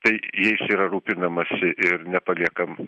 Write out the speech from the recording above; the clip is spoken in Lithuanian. tai jais yra rūpinamasi ir nepaliekam